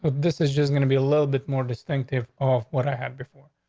this is just gonna be a little bit more distinctive off what i have before.